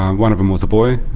one of them was a boy.